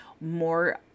more